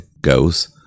goes